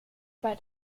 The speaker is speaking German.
bei